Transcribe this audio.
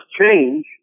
change